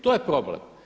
To je problem.